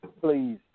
Please